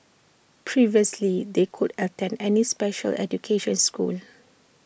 previously they could attend any special education schools